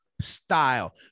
style